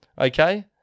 okay